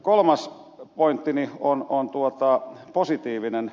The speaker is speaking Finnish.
kolmas pointtini on positiivinen